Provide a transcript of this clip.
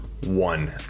one